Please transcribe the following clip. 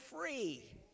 free